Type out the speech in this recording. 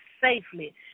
safely